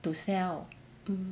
to sell